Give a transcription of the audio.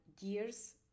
years